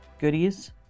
goodies